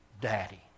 Daddy